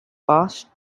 passed